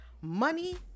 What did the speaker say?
Money